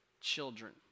children